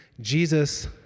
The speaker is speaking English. Jesus